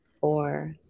four